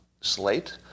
slate